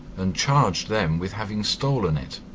and charged them with having stolen it